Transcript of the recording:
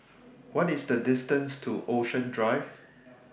What IS The distance to Ocean Drive